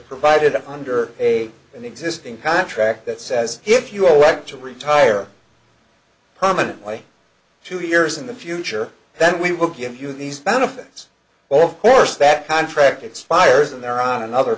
provided under a an existing contract that says if you are right to retire permanently two years in the future then we will give you these benefits well of course that contract expires in there on another